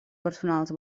personals